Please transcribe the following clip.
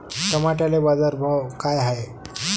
टमाट्याले बाजारभाव काय हाय?